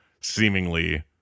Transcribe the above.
seemingly